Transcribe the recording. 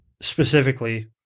specifically